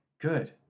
Good